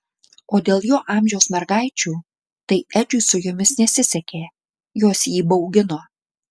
o dėl jo amžiaus mergaičių tai edžiui su jomis nesisekė jos jį baugino